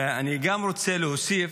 אני רוצה להוסיף,